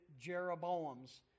Jeroboam's